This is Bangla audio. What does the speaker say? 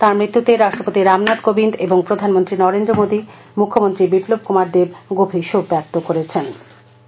তার মৃত্যুতে রাষ্ট্রপতি রামনাথ কোবিন্দ এবং প্রধানমন্ত্রী নরেন্দ্র মোদি মুখ্যমন্ত্রী বিপ্লব কুমার দেব গভীর শোক ব্যক্ত করেছেন